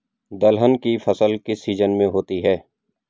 दलहन की फसल किस सीजन में होती है?